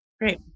Great